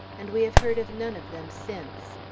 and we have heard of none of them since.